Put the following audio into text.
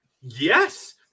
Yes